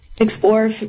Explore